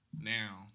now